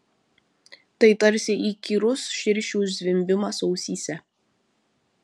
tai tarsi įkyrus širšių zvimbimas ausyse